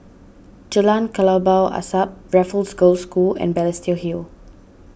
Jalan Kelabu Asap Raffles Girls' School and Balestier Hill